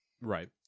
Right